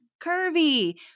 Curvy